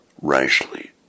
rashly